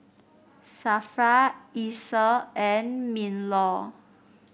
Safra Isa and Minlaw